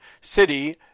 City